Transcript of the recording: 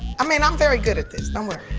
i mean, i'm very good at this. don't worry.